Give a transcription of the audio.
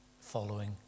following